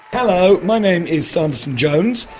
hello, my name is sanderson jones,